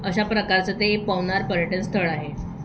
अशा प्रकारचं ते पवनार पर्यटन स्थळ आहे